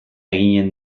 eginen